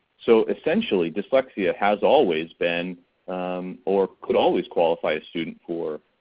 so essentially dyslexia has always been or could always qualify a student for